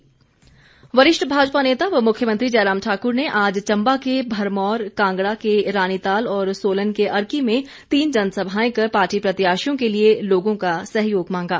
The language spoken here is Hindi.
जयराम वरिष्ठ भाजपा नेता व मुख्यमंत्री जयराम ठाकुर ने आज चम्बा के भरमौर कांगड़ा के रानीताल और सोलन के अर्की में तीन जनसभाएं कर पार्टी प्रत्याशियों के लिए लोगों का सहयोग मांगा